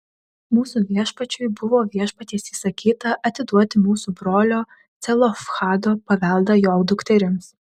mūsų viešpačiui buvo viešpaties įsakyta atiduoti mūsų brolio celofhado paveldą jo dukterims